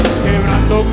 quebrando